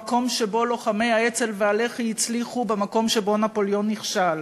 המקום שבו לוחמי האצ"ל והלח"י הצליחו במקום שבו נפוליאון נכשל.